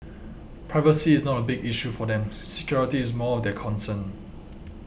privacy is not a big issue for them security is more of their concern